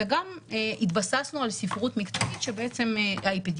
וגם התבססנו על ספרות מקצועית אפידמיולוגית,